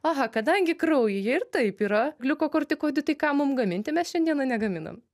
aha kadangi kraujyje ir taip yra gliukokortikoidų tai kam mum gaminti mes šiandieną negaminam